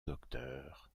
docteur